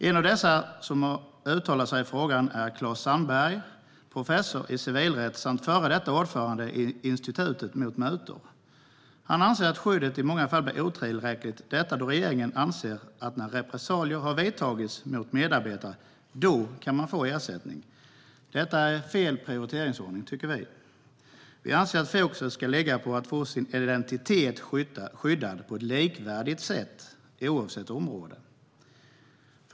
En av de som har uttalat sig i frågan är Claes Sandgren, professor i civilrätt och tidigare ordförande för Institutet mot mutor. Han anser att skyddet i många fall blir otillräckligt eftersom det innebär att det är möjligt att få ersättning först när repressalier har vidtagits mot medarbetare. Det är fel prioriteringsordning, tycker vi. Vi anser att fokus ska ligga på att man ska få sin identitet skyddad på ett likvärdigt sätt oavsett område.